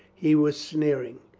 he was sneering.